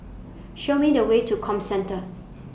Show Me The Way to Comcentre